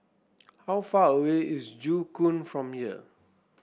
how far away is Joo Koon from here